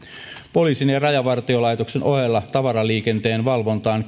poliisin ja rajavartiolaitoksen ohella tavaraliikenteen valvontaan